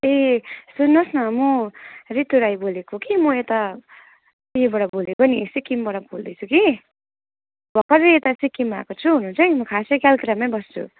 ए सुन्नु होस् न म ऋतु राई बोलेको कि म यता यहाँबाट बोलेको नि सिक्किमबाट बोल्दै छु कि बर्खर यता सिक्किम आएको छु हुनु चाहिँ म खास कलकत्तामा बस्छु